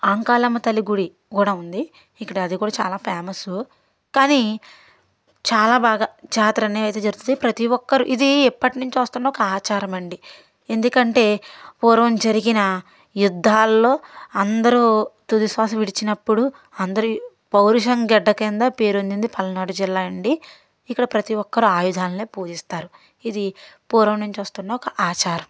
అంకాలమ్మ తల్లి గుడి కూడా ఉంది ఇక్కడ అది కూడా చాలా ఫేమస్ కానీ చాలా బాగా జాతర అనేది జరిగితే ప్రతి ఒక్కరు ఇది ఎప్పటి నుంచో వస్తున్న ఆచారం అండి ఎందుకంటే పూర్వం జరిగిన యుద్దాల్లో అందరూ తుది శ్వాస విడిచినప్పుడు అందరూ పౌరుషం గడ్డ కింద పేరు వదింది పలనాడు జిల్లా అండి ఇక్కడ ప్రతి ఒక్కరు ఆయుధాలనే పూజిస్తారు ఇది పూర్వం నుంచి వస్తున్న ఒక ఆచారం